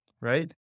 Right